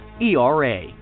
ERA